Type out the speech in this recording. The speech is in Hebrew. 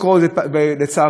לצערנו,